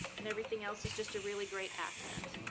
and everything else is just a really great accent.